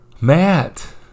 Matt